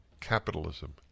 capitalism